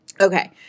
Okay